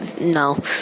No